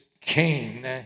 Cain